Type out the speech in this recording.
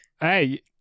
Hey